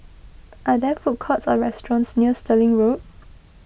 are there food courts or restaurants near Stirling Road